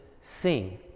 sing